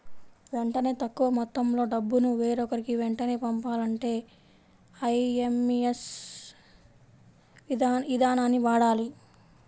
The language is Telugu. వెంటనే తక్కువ మొత్తంలో డబ్బును వేరొకరికి వెంటనే పంపాలంటే ఐఎమ్పీఎస్ ఇదానాన్ని వాడాలి